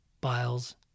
Biles